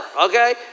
okay